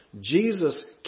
Jesus